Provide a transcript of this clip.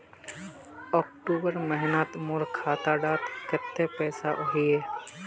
अक्टूबर महीनात मोर खाता डात कत्ते पैसा अहिये?